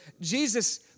Jesus